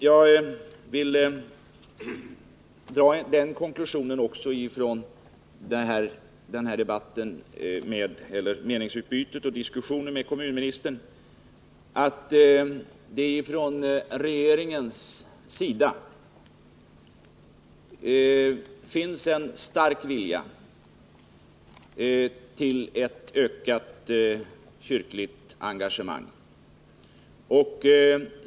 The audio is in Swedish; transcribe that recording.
Jag drar den konklusionen också av dagens meningsutbyte och diskussion med kommunministern att det från regeringens sida finns en stark vilja att stimulera till ett ökat kyrkligt engagemang.